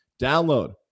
download